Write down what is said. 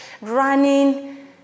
running